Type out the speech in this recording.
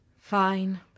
Fine